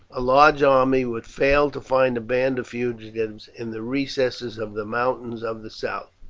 a large army would fail to find a band of fugitives in the recesses of the mountains of the south.